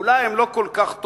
אולי הן לא כל כך אלקטורליות,